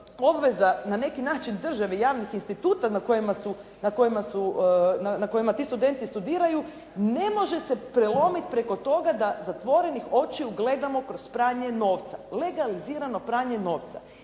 obveza na neki način države i javnih instituta na kojima ti studenti studiraju, ne može se prelomiti preko toga da zatvorenih očiju gledamo kroz pranje novca, legalizirano pranje novca.